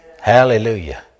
Hallelujah